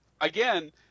again